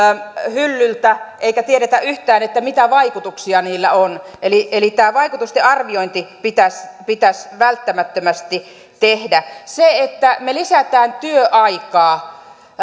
hyllyltä eikä tiedetä yhtään mitä vaikutuksia niillä on eli eli tämä vaikutusten arviointi pitäisi pitäisi välttämättömästi tehdä se että me lisäämme työaikaa